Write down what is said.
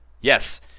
Yes